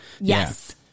Yes